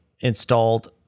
installed